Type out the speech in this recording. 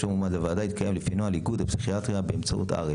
מועמד לוועדה יתקיים לפי נוהל איגוד הפסיכיאטריה באמצעות הר"י.